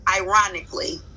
ironically